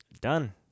done